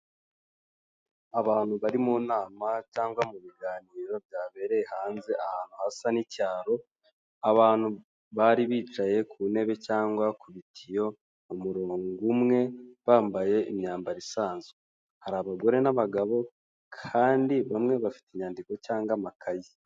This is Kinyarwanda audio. Abantu bari mu nama cyangwa mu biganiro byabereye hanze ahantu hasa n'icyaro abantu bari bicaye ku ntebe cyangwa kubitiyo umurongo umwe bambaye imyambaro isanzwe hari abagore n'abagabo kandi bamwe bafite inyandiko cyangwa amakaye .